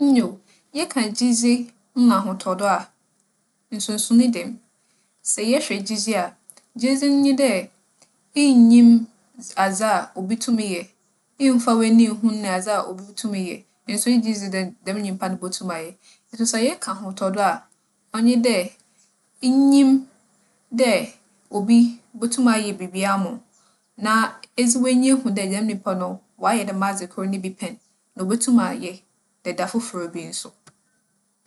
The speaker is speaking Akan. Nyew, yɛka gyedzi nna ahotͻdo a, nsonsoree da mu. Sɛ yɛhwɛ gyedzi a, gyedzi nye dɛ innyim dz - adze a obi tum yɛ, mmfa w'enyi nnhunii adze a obi tum yɛ nso egye dzi dɛ dɛm nyimpa no botum ayɛ. Nso sɛ yɛka ahotͻdo a, ͻnye dɛ, inyim dɛ obi botum ayɛ biribi ama wo na edze w'enyi ehu dɛ dɛm nyimpa no ͻayɛ dɛm adzekor no bi pɛn, na obotum ayɛ eda fofor bi so.